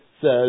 says